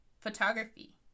photography